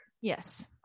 Yes